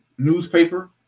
Newspaper